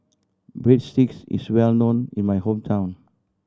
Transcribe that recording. breadsticks is well known in my hometown